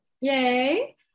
yay